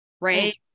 right